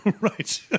Right